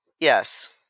Yes